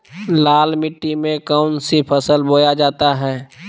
लाल मिट्टी में कौन सी फसल बोया जाता हैं?